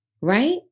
Right